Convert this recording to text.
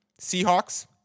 Seahawks